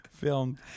film